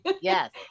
Yes